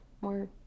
more